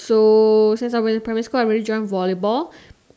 so since I was in primary school I've already joined volleyball